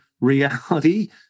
reality